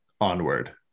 Onward